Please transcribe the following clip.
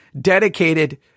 dedicated